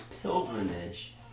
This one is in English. pilgrimage